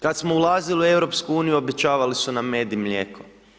Kada smo ulazili u EU, obećavali su nam med i mlijeko.